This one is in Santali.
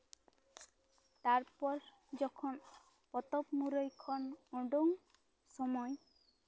ᱛᱟᱨᱯᱚᱨ ᱡᱚᱠᱷᱚᱱ ᱯᱚᱛᱚᱵ ᱢᱩᱨᱟᱹᱭ ᱠᱷᱚᱱ ᱩᱰᱩᱠ ᱥᱚᱢᱚᱭ